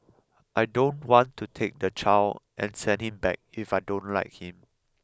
I don't want to take the child and send him back if I don't like him